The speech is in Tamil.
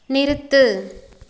நிறுத்து